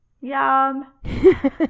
Yum